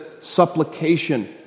supplication